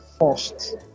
first